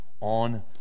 on